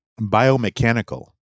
biomechanical